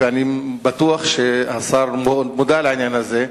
ואני בטוח שהשר מודע לעניין הזה,